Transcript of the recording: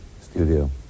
studio